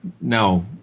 No